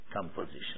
composition